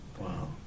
Wow